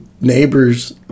neighbor's